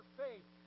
faith